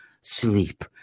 sleep